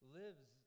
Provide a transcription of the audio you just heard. lives